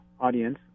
audience